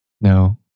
no